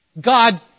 God